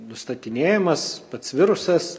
nustatinėjamas pats virusas